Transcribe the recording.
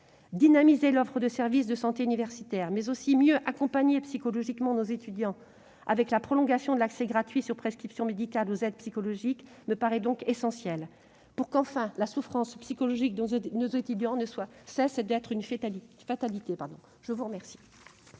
Dynamiser l'offre de services de santé universitaires, mais aussi mieux accompagner psychologiquement nos étudiants avec la prolongation de l'accès gratuit, sur prescription médicale, aux aides psychologiques me paraît donc essentiel, pour que leur souffrance psychologique cesse enfin d'être une fatalité. La parole